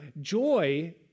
joy